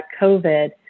COVID